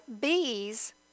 bees